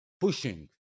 pushing